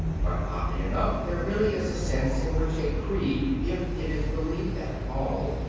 but, oddly enough, there really is a sense in which a creed, if it is believed at all,